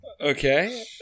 Okay